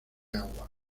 agua